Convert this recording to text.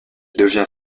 devient